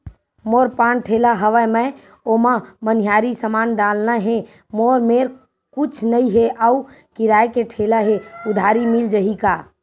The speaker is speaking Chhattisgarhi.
मोर पान ठेला हवय मैं ओमा मनिहारी समान डालना हे मोर मेर कुछ नई हे आऊ किराए के ठेला हे उधारी मिल जहीं का?